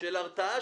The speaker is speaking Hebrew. של הרתעה,